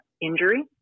injury